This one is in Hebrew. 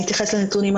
אני אתייחס לנתונים.